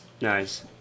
nice